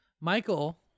Michael